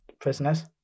prisoners